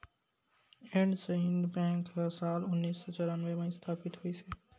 IndusInd bank ह साल उन्नीस सौ चैरानबे म इस्थापित होइस हे